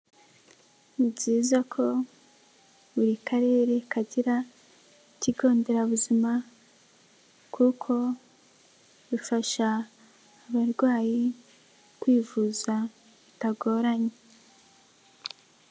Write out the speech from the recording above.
Ni byiza ko buri Karere kagira ikigo nderabuzima kuko bifasha abarwayi kwivuza bitagoranye.